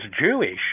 Jewish